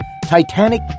Titanic